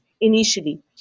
initially